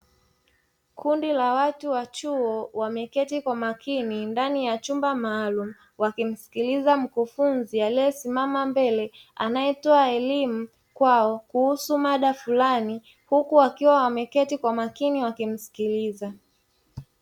Kundi la watu wa chuo wameketi kwa makini ndani ya chumba maalumu, wakimsikiliza mkufunzi aliyesimama mbele, anayetoa elimu kwao kuhusu mada fulani huku wakiwa wameketi kwa makini wakimsikiliza.